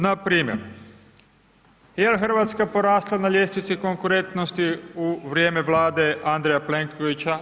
Npr. jel RH porasla na ljestvici konkurentnosti u vrijeme Vlade Andreja Plenkovića?